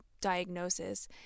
diagnosis